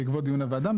בקבות דיון הוועדה,